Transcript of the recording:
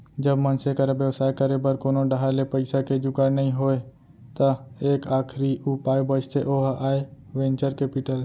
जब मनसे करा बेवसाय करे बर कोनो डाहर ले पइसा के जुगाड़ नइ होय त एक आखरी उपाय बचथे ओहा आय वेंचर कैपिटल